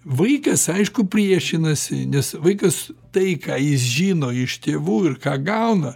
vaikas aišku priešinasi nes vaikas tai ką jis žino iš tėvų ir ką gauna